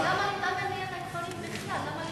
למה להתאמן ליד הכפרים בכלל?